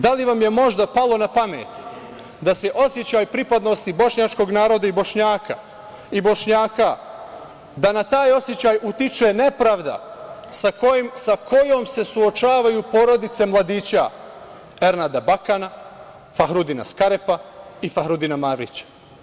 Da li vam je možda palo na pamet da na osećaj pripadnosti bošnjačkog naroda i Bošnjaka utiče nepravda sa kojom se suočavaju porodice mladića Ernada Bakana, Fahrudina Skarepa i Fahrudina Mavrića?